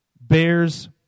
bears